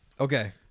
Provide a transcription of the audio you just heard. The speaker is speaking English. Okay